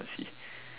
~cy